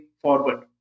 forward